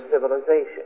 civilization